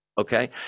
Okay